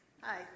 Hi